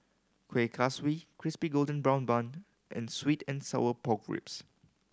Kueh Kaswi Crispy Golden Brown Bun and sweet and sour pork ribs